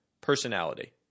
Personality